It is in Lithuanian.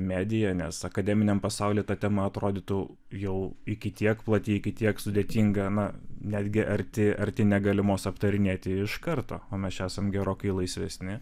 medija nes akademiniam pasauliui ta tema atrodytų jau iki tiek plati iki tiek sudėtinga na netgi arti arti negalimos aptarinėti iš karto o mes čia esam gerokai laisvesni